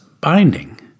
binding